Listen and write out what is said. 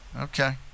Okay